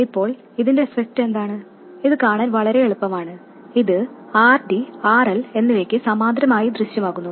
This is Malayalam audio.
ഇപ്പോൾ ഇതിന്റെ എഫെക്ട് എന്താണ് ഇത് കാണാൻ വളരെ എളുപ്പമാണ് ഇത് RD R L എന്നിവയ്ക്ക് സമാന്തരമായി ദൃശ്യമാകുന്നു